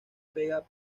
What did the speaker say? pega